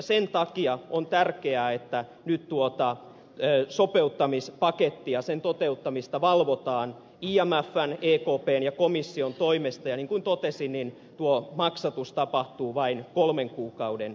sen takia on tärkeää että nyt tuota sopeuttamispaketin toteuttamista valvotaan imfn ekpn ja komission toimesta ja niin kuin totesin tuo maksatus tapahtuu vain kolmen kuukauden erissä